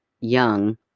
young